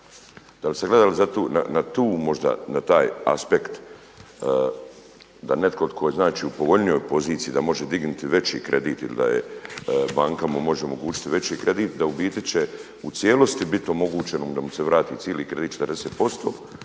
na tu možda, na taj aspekt da netko tko je znači u povoljnijoj poziciji da može dignuti veći kredit ili da banka mu može omogućiti veći kredit, da u biti će u cijelosti biti omogućeno da mu se vrati cijeli kredit 40%